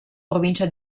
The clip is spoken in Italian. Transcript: provincia